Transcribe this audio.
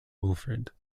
wilfred